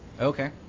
Okay